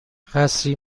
قصری